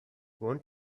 want